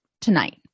tonight